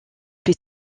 plus